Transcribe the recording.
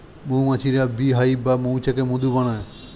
মৌমাছিরা bee hive বা মৌচাকে মধু বানায়